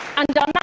and